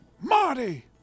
Marty